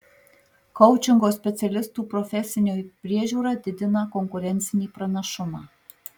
koučingo specialistų profesinė priežiūra didina konkurencinį pranašumą